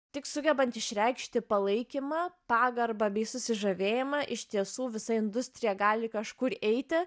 tik sugebant išreikšti palaikymą pagarbą bei susižavėjimą iš tiesų visa industrija gali kažkur eiti